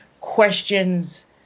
questions